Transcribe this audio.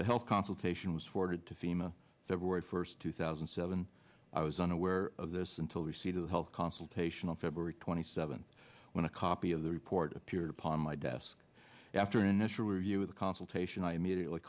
the health consultation was forwarded to fema that were first two thousand and seven i was unaware of this until we see two health consultation on february twenty seventh when a copy of the report appeared upon my desk after initial review with a consultation i immediately